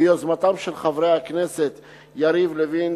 ביוזמתם של חברי הכנסת יריב לוין,